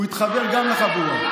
הוא התחבר גם לחבורה.